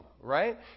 right